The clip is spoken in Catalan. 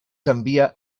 canvia